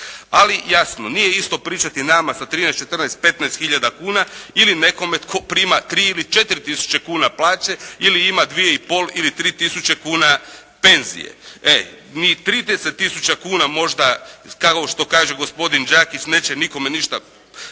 Ali, jasno, nije isto pričati nama sa 13, 14, 15 hiljada kuna ili nekome koji prima 3 ili 4 tisuće kuna plaće, ili ima 2,5 ili 3 tisuće kuna penzije. Ni 30 tisuća kuna možda, kao što kaže gospodin Đakić, neće nikome ništa,